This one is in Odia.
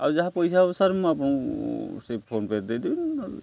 ଆଉ ଯାହା ପଇସା ହବ ସାର୍ ମୁଁ ଆପଣଙ୍କୁ ସେଇ ଫୋନ୍ପେରେ ଦେଇଦେବି